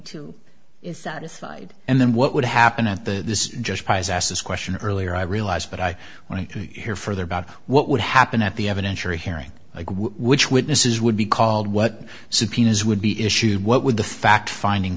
two is satisfied and then what would happen at the this is just guys asked this question earlier i realize but i want to hear further about what would happen at the evidentiary hearing which witnesses would be called what subpoenas would be issued what would the fact finding